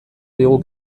digu